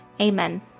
Amen